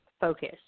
focus